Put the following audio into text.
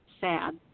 sad